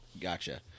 Gotcha